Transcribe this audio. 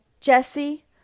Jesse